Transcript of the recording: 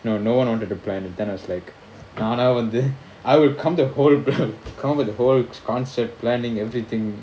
no no one wanted to plan and then I was like தானா வந்து I will come the whole plan will come up with the whole concept planning everything